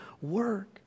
work